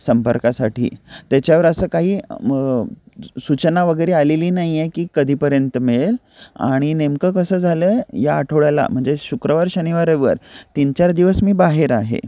संपर्कासाठी त्याच्यावर असं काही सूचना वगैरे आलेली नाही आहे की कधीपर्यंत मिळेल आणि नेमकं कसं झालं या आठवड्याला म्हणजे शुक्रवार शनिवार रविवार तीन चार दिवस मी बाहेर आहे